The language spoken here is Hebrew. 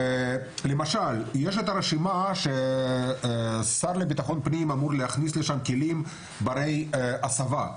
למשל: יש את הרשימה שהשר לביטחון פנים אמור להכניס אליה כלים בני הסבה.